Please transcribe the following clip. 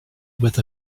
with